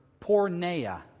porneia